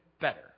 better